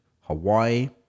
Hawaii